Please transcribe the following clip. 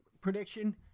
prediction